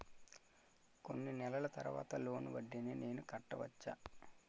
కొన్ని నెలల తర్వాత లోన్ వడ్డీని నేను కట్టవచ్చా?